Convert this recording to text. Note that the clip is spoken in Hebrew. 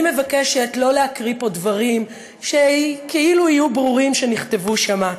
אני מבקשת לא להקריא פה דברים שכאילו ברור שנכתבו שם,